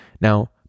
Now